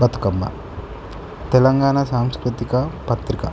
బతుకమ్మ తెలంగాణ సాంస్కృతిక పత్రిక